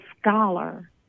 scholar